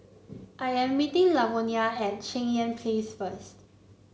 I am meeting Lavonia at Cheng Yan Place first